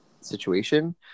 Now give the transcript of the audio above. situation